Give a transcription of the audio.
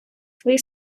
свої